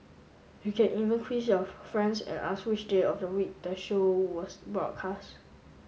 you can even quiz your friends and ask which day of the week the show was broadcast